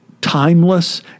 timeless